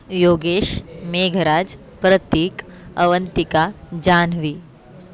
योगेशः मेघराजः प्रतिकः अवन्तिका जाह्नवी